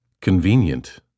Convenient